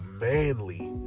manly